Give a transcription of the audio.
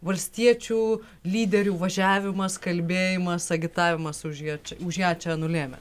valstiečių lyderių važiavimas kalbėjimas agitavimas už ją už ją čia nulėmė